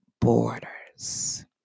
borders